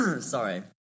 sorry